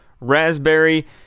Raspberry